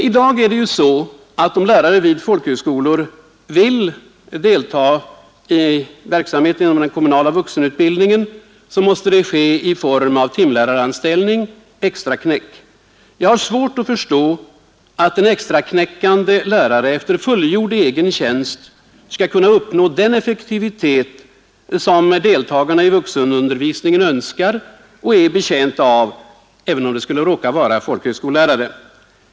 I dag är det så att om lärare vid folkhögskolor vill delta i verksamhet inom den kommunala vuxenutbildningen, måste det ske i form av timläraranställning, som ”extraknäck”. Jag har svårt att förstå, att en ”extraknäckande” lärare efter fullgjord egen tjänst skall kunna uppnå den effektivitet som deltagarna i vuxenundervisningen önskar och är betjänta av — även om det skulle råka vara folkhögskolelärare.